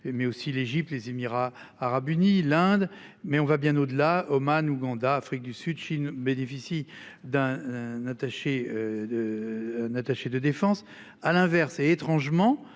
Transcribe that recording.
mais aussi l'Égypte. Les Émirats arabes unis, l'Inde, mais on va bien au-delà. Oman, Ouganda, Afrique du Sud, Chine bénéficie d'un un attaché de N'attaché de défense à l'inverse est étrangement